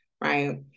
right